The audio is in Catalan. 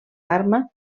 arma